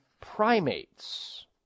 primates